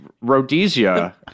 Rhodesia